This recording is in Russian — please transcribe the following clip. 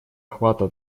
охвата